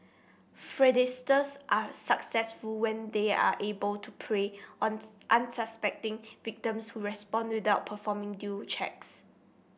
fraudsters are successful when they are able to prey on unsuspecting victims who respond without performing due checks